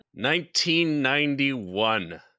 1991